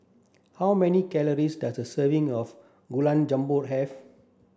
how many calories does a serving of Gulab Jamun have